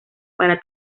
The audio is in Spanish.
para